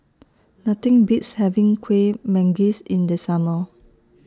Nothing Beats having Kuih Manggis in The Summer